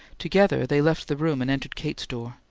together they left the room and entered kate's door.